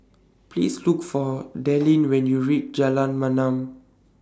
Please Look For Dallin when YOU REACH Jalan